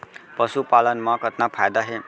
पशुपालन मा कतना फायदा हे?